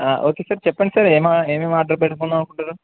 okay sir చెప్పండి sir ఏమ ఏమేమి ఆర్డర్ పెట్టుకుందంనుకుంటారు